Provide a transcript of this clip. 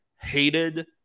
hated